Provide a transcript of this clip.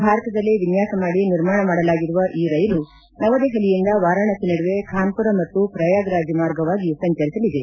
ಭಾರತದಲ್ಲೇ ವಿನ್ವಾಸ ಮಾಡಿ ನಿರ್ಮಾಣ ಮಾಡಲಾಗಿರುವ ಈ ರೈಲು ನವದೆಹಲಿಯಿಂದ ವಾರಾಣಸಿ ನಡುವೆ ಖಾನ್ವರ ಮತ್ತು ಪ್ರಯಾಗ್ ರಾಜ್ ಮಾರ್ಗವಾಗಿ ಸಂಚರಿಸಲಿದೆ